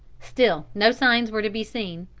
still no signs were to be seen.